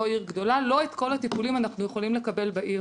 עיר גדולה לא את כל הטיפולים אנחנו יכולים לקבל בעיר